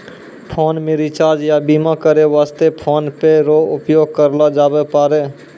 phone मे recharge या बीमा करै वास्ते फोन पे रो उपयोग करलो जाबै पारै